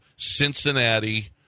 Cincinnati